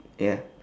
ya